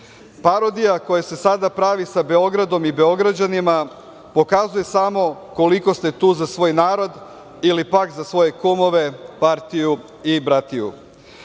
ovome. Parodija koja se sada pravi sa Beogradom i Beograđanima pokazuje samo koliko ste tu za svoj narod ili pak za svoje kumove, partiju i bratiju.